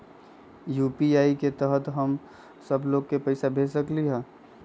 UPI के तहद हम सब लोग को पैसा भेज सकली ह?